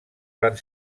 van